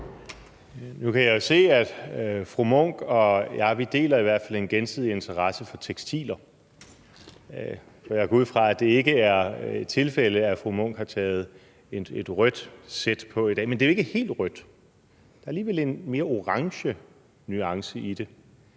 Nu kan jeg se, at fru Signe Munk og jeg i hvert fald deler en interesse for tekstiler. Jeg går ud fra, at det ikke er et tilfælde, at fru Signe Munk har taget et rødt sæt på i dag, men det er jo ikke helt rødt. Der er alligevel en mere orange nuance i det.